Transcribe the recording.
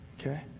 okay